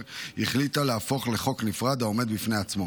החליטה להפוך לחוק נפרד העומד בפני עצמו.